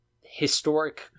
historic